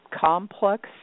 complex